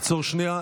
עצור שנייה.